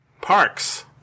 parks